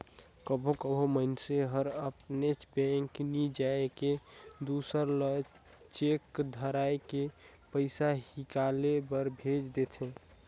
कभों कभों मइनसे हर अपनेच बेंक नी जाए के दूसर ल चेक धराए के पइसा हिंकाले बर भेज देथे